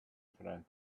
friend